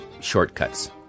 shortcuts